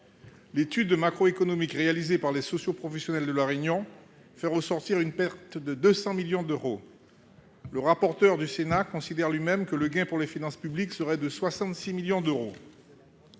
L'étude macroéconomique réalisée par les socioprofessionnels de La Réunion fait ressortir, quant à elle, une perte de 200 millions d'euros. Le rapporteur général du Sénat évalue lui-même le gain pour les finances publiques à 66 millions d'euros.